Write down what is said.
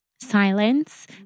silence